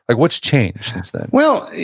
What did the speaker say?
like what's changed since then? well,